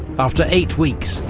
after eight weeks,